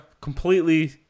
completely